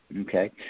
Okay